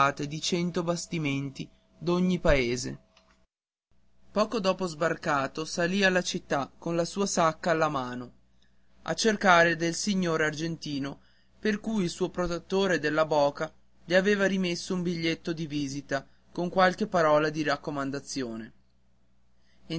di cento bastimenti d'ogni paese poco dopo sbarcato salì alla città con la sua sacca alla mano a cercare un signore argentino per cui il suo protettore della boca gli aveva rimesso un biglietto di visita con qualche parola di raccomandazione